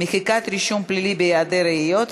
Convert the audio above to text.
מחיקת רישום פלילי בהיעדר ראיות),